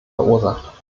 verursacht